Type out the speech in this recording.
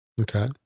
Okay